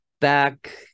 back